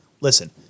Listen